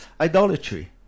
idolatry